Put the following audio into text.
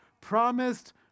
promised